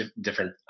different